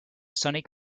sonic